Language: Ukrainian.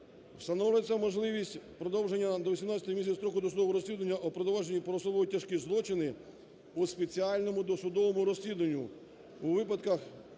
встановлюється можливість продовження до 18 місяців строку досудового розслідування у провадженні про особо тяжкі злочини у спеціальному досудовому розслідуванню у виключних